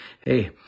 hey